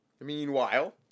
meanwhile